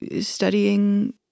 studying